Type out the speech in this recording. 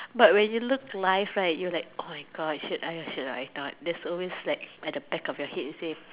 but when you look live right you like oh my Gosh should or I should I not thats always like at the back of your head